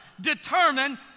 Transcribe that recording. determine